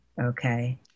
Okay